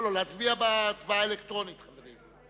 לא, להצביע בהצבעה האלקטרונית, חברים.